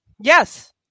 yes